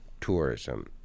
Tourism